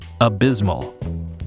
abysmal